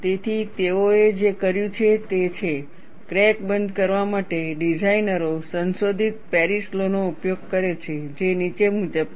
તેથી તેઓએ જે કર્યું છે તે છે ક્રેક બંધ કરવા માટે ડિઝાઇનરો સંશોધિત પેરિસ લૉ નો ઉપયોગ કરે છે જે નીચે મુજબ છે